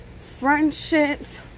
friendships